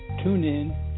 TuneIn